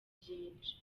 byinshi